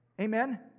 Amen